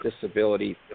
disability